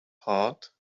heart